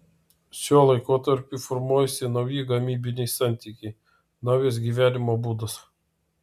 šiuo laikotarpiu formuojasi nauji gamybiniai santykiai naujas gyvenimo būdas